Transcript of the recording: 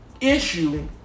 issue